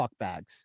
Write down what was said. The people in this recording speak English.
fuckbags